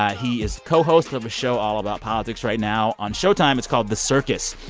yeah he is co-host of a show all about politics right now on showtime. it's called the circus.